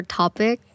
topic